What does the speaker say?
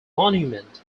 monument